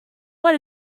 one